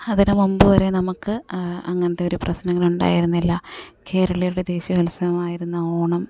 അതിനുമുമ്പ് വരെ നമുക്ക് അങ്ങനത്തെ ഒരു പ്രശ്നങ്ങൾ ഉണ്ടായിരുന്നില്ല കേരളീയരുടെ ദേശീയ ഉത്സവമായിരുന്നു ഓണം